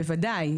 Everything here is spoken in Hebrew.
בוודאי.